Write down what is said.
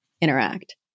interact